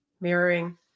Mirroring